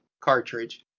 cartridge